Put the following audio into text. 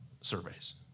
surveys